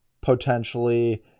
potentially